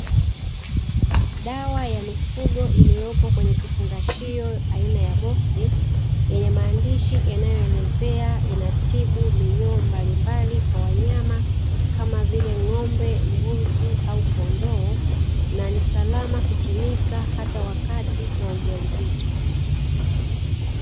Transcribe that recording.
Dawa ya mifugo iliyowekwa kwenye kifungashio aina ya boksi, yenye maandishi yanayoelezea inatibu minyoo mbalimbali kwa wanyama, kama vile ng'ombe, mbuzi au kondoo, na ni salama kutumika hata wakati wa ujauzito.